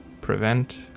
prevent